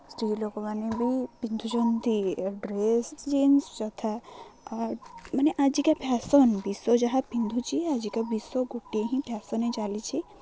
ସ୍ତ୍ରୀ ଲୋକମାନେ ବି ପିନ୍ଧୁଛନ୍ତି ଡ୍ରେସ୍ ଜିନ୍ସ ଯଥା ମାନେ ଆଜିକା ଫ୍ୟାସନ୍ ବିଶ୍ୱ ଯାହା ପିନ୍ଧୁଛି ଆଜିକା ବିଶ୍ଵ ଗୋଟିଏ ହିଁ ଫ୍ୟାସନ୍ରେ ଚାଲିଛି